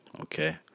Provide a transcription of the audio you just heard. okay